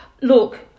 Look